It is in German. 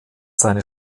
seine